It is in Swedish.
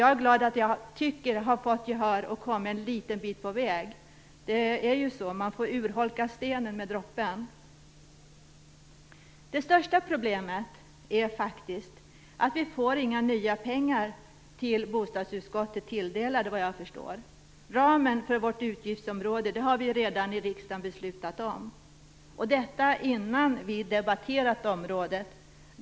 Jag är glad över att jag, som jag tycker, fått gehör för mina tankar och kommit en liten bit på vägen. Man får ju urholka stenen med droppen. Det största problemet är faktiskt att vi inte får några nya pengar tilldelade till bostadsutskottet, såvitt jag förstår. Ramen för vårt utgiftsområde har riksdagen redan beslutat om; detta innan vi debatterat området.